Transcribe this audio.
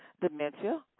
dementia